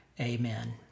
Amen